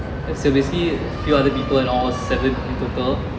and so basically a few other people and all seven in total